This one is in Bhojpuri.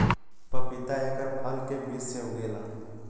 पपीता एकर फल के बीज से उगेला